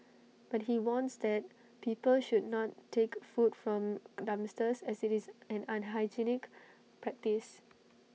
but he warns that people should not take food from dumpsters as IT is an unhygienic practice